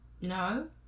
no